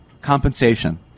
Compensation